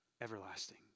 everlasting